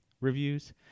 reviews